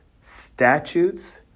statutes